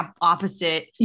opposite